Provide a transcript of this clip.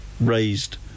raised